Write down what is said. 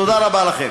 תודה רבה לכם.